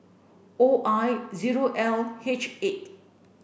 O I zero L H eight